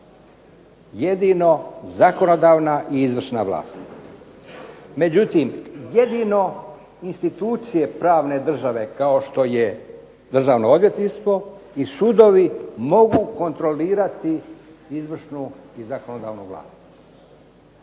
Jedino zakonodavna i izvršna vlast. Međutim, jedino institucije pravne države kao što je Državno odvjetništvo i sudovi mogu kontrolirati izvršnu i zakonodavnu vlast.